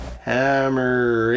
Hammer